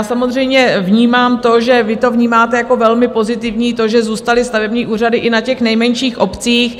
Samozřejmě vnímám to, že vy to vnímáte jako velmi pozitivní, že zůstaly stavební úřady i na těch nejmenších obcích.